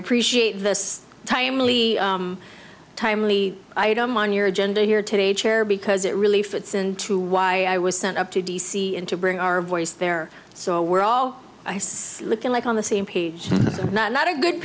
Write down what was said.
appreciate this timely timely item on your agenda here today chair because it really fits into why i was sent up to d c and to bring our voice there so we're all looking like on the same page that's not a good